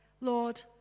Lord